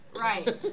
Right